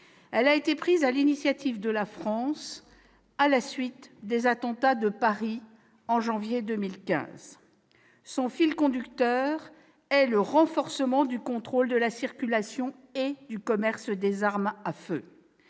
elle a été prise sur l'initiative de la France, à la suite des attentats de Paris au mois de janvier 2015. Son fil conducteur est le renforcement du contrôle de la circulation et du commerce des armes à feu,